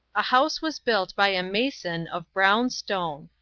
a house was built by a mason of brown stone.